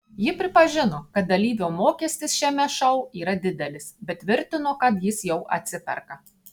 ji prisipažino kad dalyvio mokestis šiame šou yra didelis bet tvirtino kad jis jau atsiperka